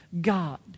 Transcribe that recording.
God